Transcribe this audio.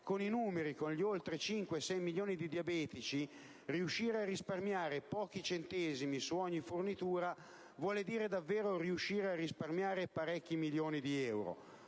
cioè con gli oltre 5-6 milioni di diabetici, riuscire a risparmiare pochi centesimi su ogni fornitura vuol dire davvero riuscire a risparmiare parecchi milioni di euro.